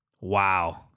Wow